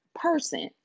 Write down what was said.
person